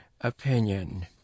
opinion